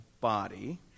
body